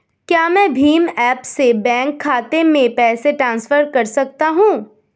क्या मैं भीम ऐप से बैंक खाते में पैसे ट्रांसफर कर सकता हूँ?